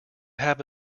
have